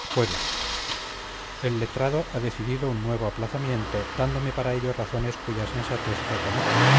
jueves el letrado ha decidido un nuevo aplazamiento dándome para ello razones cuya sensatez reconozco